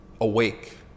awake